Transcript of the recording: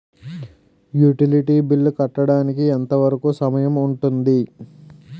Utility bill కట్టడానికి ఎంత వరుకు సమయం ఉంటుంది?